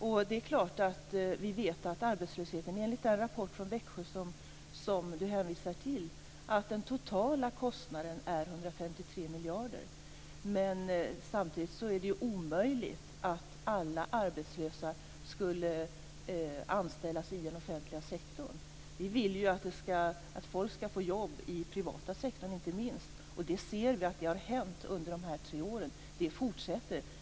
Vi vet att den totala kostnaden för arbetslösheten är 153 miljarder, enligt den rapport från Växjö som Thomas Julin hänvisar till. Men samtidigt vore det omöjligt att anställa alla arbetslösa i den offentliga sektorn. Vi vill ju att folk skall få jobb i den privata sektorn, inte minst. Vi ser att det har hänt under de gångna tre åren, och det fortsätter.